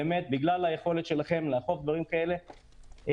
בגלל היכולת שלכם לאכוף דברים כאלה,